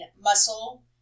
muscle